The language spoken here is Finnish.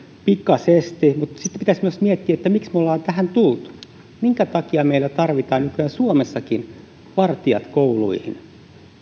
pikaisesti mutta sitten pitäisi myös miettiä miksi me olemme tähän tulleet minkä takia meillä tarvitaan nykyään suomessakin vartijat kouluihin